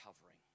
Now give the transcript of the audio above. covering